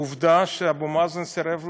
ועובדה שאבו מאזן סירב לחתום.